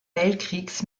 weltkriegs